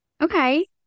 Okay